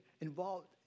involved